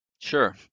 Sure